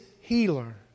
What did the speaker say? healer